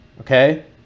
okay